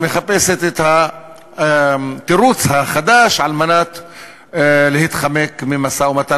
מחפשת את התירוץ החדש להתחמק ממשא-ומתן